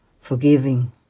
Forgiving